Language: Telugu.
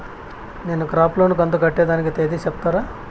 నేను క్రాప్ లోను కంతు కట్టేదానికి తేది సెప్తారా?